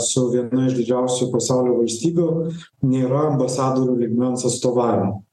su viena iš didžiausių pasaulio valstybių nėra ambasadorių lygmens atstovavimo